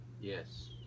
yes